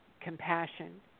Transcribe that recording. compassion